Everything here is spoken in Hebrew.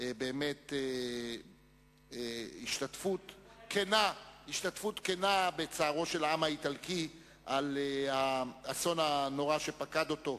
באמת השתתפות כנה בצערו של העם האיטלקי על האסון הנורא שפקד אותו.